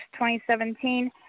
2017